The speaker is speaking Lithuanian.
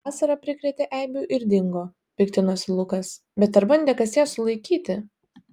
vasara prikrėtė eibių ir dingo piktinosi lukas bet ar bandė kas ją sulaikyti